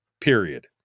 period